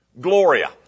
Gloria